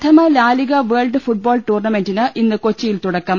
പ്രഥമ La Liga world football ടൂർണമെന്റിന് ഇന്ന് കൊച്ചിയിൽ തുടക്കം